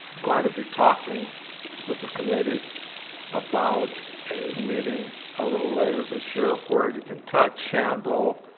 going to be talking with the committee about a meeting a little later this year where you can touch, handle,